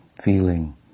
feeling